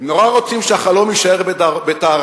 הם נורא רוצים שהחלום יישאר בטהרתו.